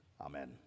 Amen